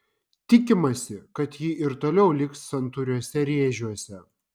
tikimasi kad ji ir toliau liks santūriuose rėžiuose